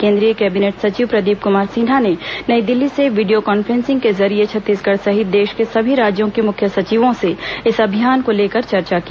केन्द्रीय कैबिनेट सचिव प्रदीप क्मार सिन्हा ने नई दिल्ली से वीडियो कॉन्फ्रेंसिंग के जरिये छत्तीसगढ़ सहित देश के सभी राज्यों के मुख्य सचिवों र्स इस अभियान को लेकर चर्चा की